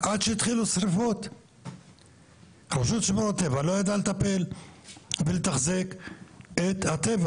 שיושב ראש הוועדה הגיאוגרפית לא צירף את המכתב השני של